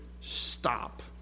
Stop